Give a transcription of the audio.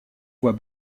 voit